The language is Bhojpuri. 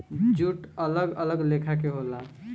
जूट अलग अलग लेखा के होला